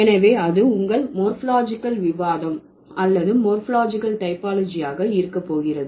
எனவே அது உங்கள் மோர்பாலஜிகல் விவாதம் அல்லது மோர்பாலஜிகல் டைபாலஜியாக இருக்க போகிறது